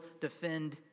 defend